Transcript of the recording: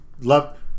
Love